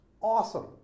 Awesome